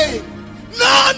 no